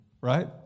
right